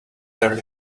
there